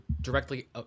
directly